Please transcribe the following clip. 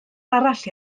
arall